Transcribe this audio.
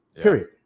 Period